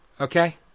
Okay